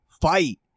fight